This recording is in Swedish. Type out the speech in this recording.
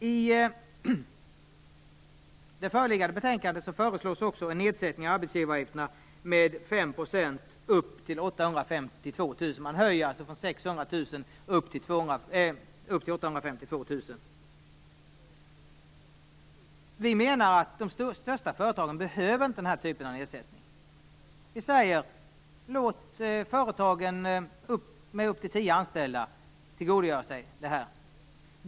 I det föreliggande betänkandet föreslås också en sänkning av arbetsgivaravgifterna med 5 % upp till kr. Vi menar att de största företagen inte behöver den här typen av sänkning av arbetsgivaravgifterna. Vi anser att företag med högst tio anställda skall få tillgodogöra sig detta.